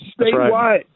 statewide